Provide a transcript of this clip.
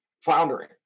floundering